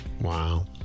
Wow